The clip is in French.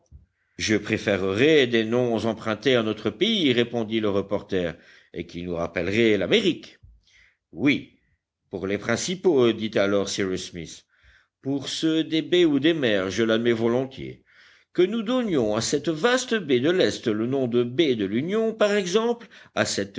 je préférerais des noms empruntés à notre pays répondit le reporter et qui nous